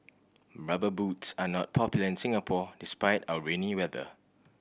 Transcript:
Rubber Boots are not popular in Singapore despite our rainy weather